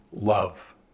Love